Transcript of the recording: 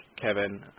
Kevin